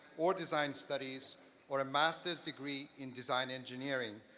or design studies or a master's degree in design engineering,